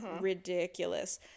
ridiculous